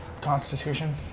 constitution